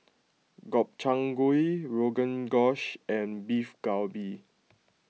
Gobchang Gui Rogan Gosh and Beef Galbi